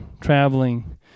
traveling